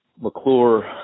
McClure